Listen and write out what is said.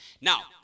Now